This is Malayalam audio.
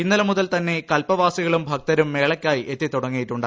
ഇന്നലെ മുതൽ തന്നെ കല്പവാസികളും ഭക്തരും മേളയ്ക്കായി എത്തി തുടങ്ങിയിട്ടുണ്ട്